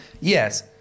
Yes